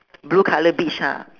blue colour beach ha